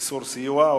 (תיקון מס' 83,